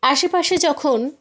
আশেপাশে যখন